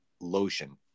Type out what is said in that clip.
lotion